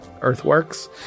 earthworks